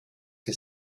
que